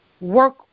work